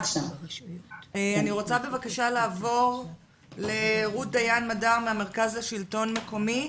אני רוצה בבקשה לעבור לרות דיין מדר מהמרכז לשלטון מקומי.